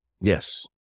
Yes